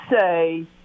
say